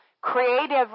creative